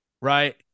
right